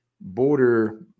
border